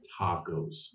tacos